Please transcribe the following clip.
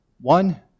one